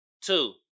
Two